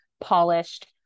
polished